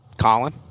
Colin